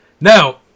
Now